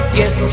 get